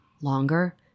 longer